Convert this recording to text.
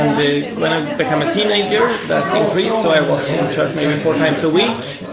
when i became a teenager it increased so i was in church maybe four times a week